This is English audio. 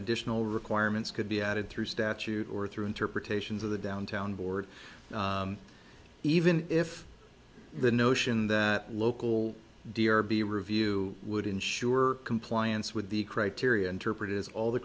additional requirements could be added through statute or through interpretations of the downtown board even if the notion that local derby review would ensure compliance with the criteria interpret is all the